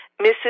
Mrs